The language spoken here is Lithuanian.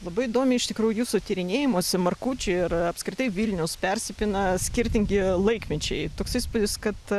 labai įdomiai iš tikrųjų jūsų tyrinėjimuose markučiai ir apskritai vilnius persipina skirtingi laikmečiai toks įspūdis kad